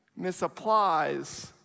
misapplies